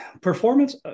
performance